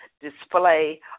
display